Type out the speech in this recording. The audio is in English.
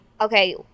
Okay